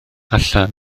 allan